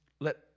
let